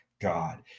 God